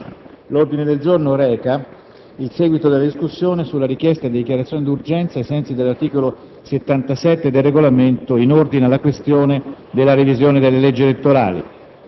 L'ordine del giorno reca il seguito della discussione della richiesta di dichiarazione d'urgenza, ai sensi dell'articolo 77, comma 1, del Regolamento, in ordine all'affare inerente la revisione delle leggi elettorali.